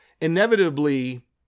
Inevitably